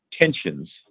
tensions